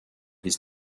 his